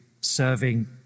serving